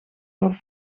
voor